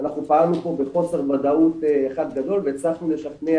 אנחנו פעלנו פה בחוסר וודאות אחד גדול והצלחנו לשכנע